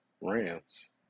Rams